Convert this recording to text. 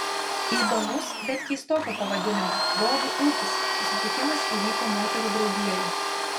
įdomus bet keistoko pavadinimo bobų ūkis susitikimas įvyko moterų draugijoje